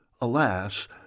Alas